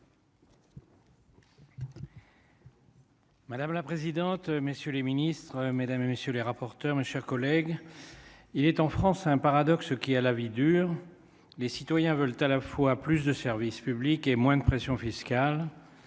Madame la présidente, messieurs les Ministres, mesdames et messieurs les rapporteurs, mes chers collègues, il est en France un paradoxe qui a la vie dure, les citoyens veulent à la fois plus de service public et moins de pression fiscale